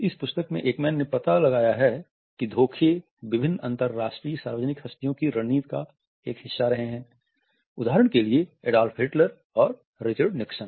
इस पुस्तक में एकमैन ने पता लगाया है कि धोखे विभिन्न अंतरराष्ट्रीय सार्वजनिक हस्तियों की रणनीति का हिस्सा रहे है उदाहरण के लिए एडॉल्फ हिटलर और रिचर्ड निक्सन